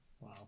wow